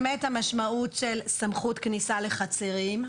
באמת המשמעות של סמכות כניסה לחצרים,